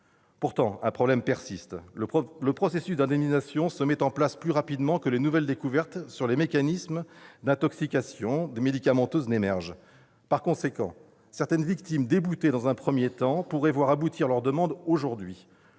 Pourtant, un problème persiste : le processus d'indemnisation se met en place plus rapidement que les nouvelles découvertes sur les mécanismes d'intoxication médicamenteuse n'émergent. Par conséquent, certaines victimes déboutées dans un premier temps pourraient voir aboutir leur demande aujourd'hui.